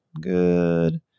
good